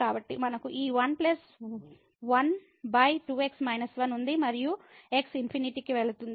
కాబట్టి మనకు ఈ 1 12x 1 ఉంది మరియు x ∞ కి వెళ్తుంది